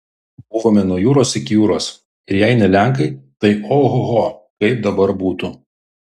buvome nuo jūros iki jūros ir jei ne lenkai tai ohoho kaip dabar būtų